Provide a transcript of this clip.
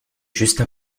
juste